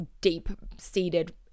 deep-seated